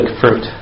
fruit